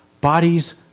Bodies